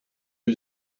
who